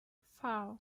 four